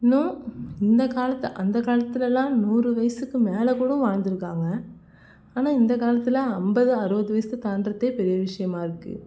இன்னும் இந்தக் காலத்து அந்தக் காலத்திலல்லாம் நூறு வயசுக்கு மேலேக்கூட வாழ்ந்திருக்காங்க ஆனால் இந்தக் காலத்தில் ஐம்பது அறுபது வயசு தாண்டுறதே பெரிய விஷயமா இருக்குது